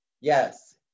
yes